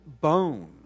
bone